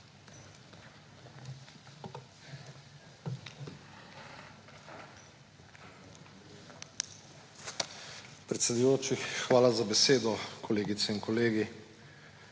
Predsedujoči, hvala za besedo. Kolegice in kolegi!